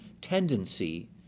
tendency